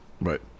Right